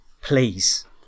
please